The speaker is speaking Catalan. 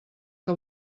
que